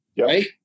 right